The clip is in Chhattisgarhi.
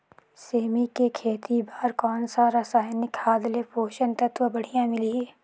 सेमी के खेती बार कोन सा रसायनिक खाद ले पोषक तत्व बढ़िया मिलही?